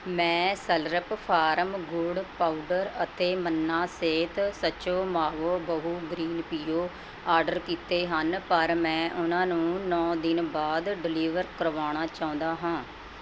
ਮੈਂ Slurrp Farm ਗੁੜ powder ਅਤੇ ਮੰਨਾ ਸਿਹਤ ਸਚੁ ਮਾਵੋ ਬਹੁ ਗ੍ਰੀਨ ਪੀਓ ਆਡਰ ਕੀਤੇ ਹਨ ਪਰ ਮੈਂ ਉਹਨਾਂ ਨੂੰ ਨੌਂ ਦਿਨ ਬਾਅਦ ਡਿਲੀਵਰ ਕਰਵਾਉਣਾ ਚਾਹੁੰਦਾ ਹਾਂ